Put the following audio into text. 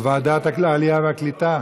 לוועדת העלייה והקליטה?